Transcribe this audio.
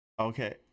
Okay